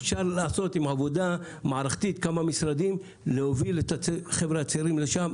אפשר לעשות עם עבודה מערכתית כמה משרדים ולהוביל את החבר'ה הצעירים לשם.